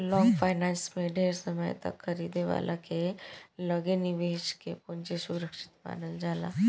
long finance में ढेर समय तक खरीदे वाला के लगे निवेशक के पूंजी सुरक्षित मानल जाला